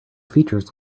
features